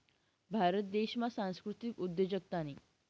भारत देशमा सांस्कृतिक उद्योजकतानी